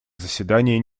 заседания